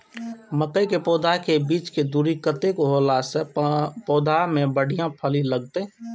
मके के पौधा के बीच के दूरी कतेक होला से पौधा में बढ़िया फली लगते?